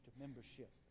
membership